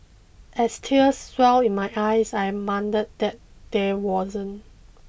as tears welled in my eyes I muttered that there wasn't